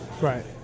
Right